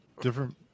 different